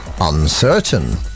uncertain